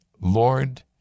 Lord